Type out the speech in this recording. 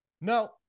No